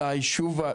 אלא הישוב,